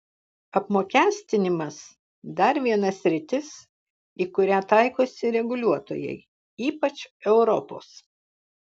apmokestinimas dar viena sritis į kurią taikosi reguliuotojai ypač europos